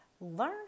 learn